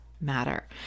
matter